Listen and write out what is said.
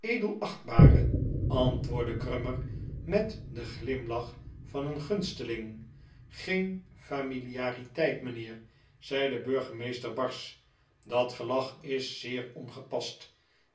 edelachtbare antwoordde grummer met den glimlach van een gunsteling geen familiariteit mijnheer zei de burgemeester barsch dat gelach is zeer ongepast